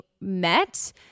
met